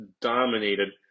dominated